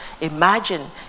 Imagine